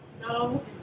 no